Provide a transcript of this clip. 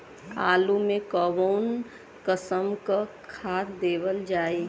आलू मे कऊन कसमक खाद देवल जाई?